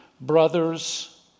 brothers